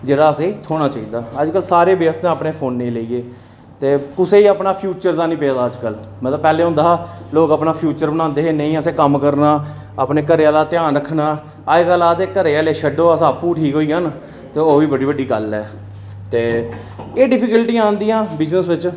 जेह्ड़ा असेंई थ्होना चाहिदा अज्ज ते सारें व्यस्त ऐ अपने फोनै ई लेइयै कुसैई अपने फ्यूचर दा निं पता मगर पैह्ले होंदा हा लोक अपना फ्यूचर बनांदे हे नेईं कम्म करना अपनै घरैआह्ला ध्यान रखना अज्ज कल आखदे घरैआह्ले छड्डो अस आपूं ठीक होइ जान तो ओह् बी बड़ी बड्डी गल्ल ऐ ते एह् डिफिकलटियां आंदियां बिजनस बेच